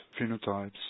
phenotypes